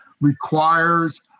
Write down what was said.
requires